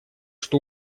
что